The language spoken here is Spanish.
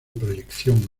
proyección